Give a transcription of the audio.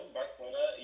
Barcelona